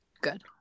good